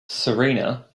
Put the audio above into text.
serena